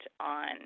on